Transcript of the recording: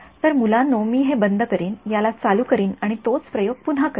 तर मुलांनो मी हे बंद करीन याला चालू करीन आणि तोच प्रयोग पुन्हा करीन